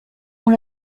ont